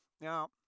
Now